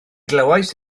glywais